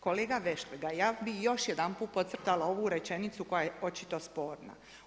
Kolega Vešligaj, ja bih još jedanput podcrtala ovu rečenicu koja je očito sporna.